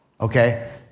Okay